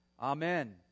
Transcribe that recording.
Amen